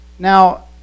Now